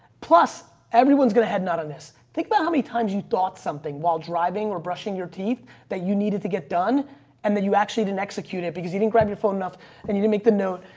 plus everyone's going to head not on this. think about how many times you thought something while driving or brushing your teeth that you needed to get done and that you actually didn't execute it because he didn't grab your phone enough and you didn't make the note.